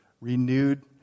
renewed